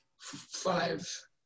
five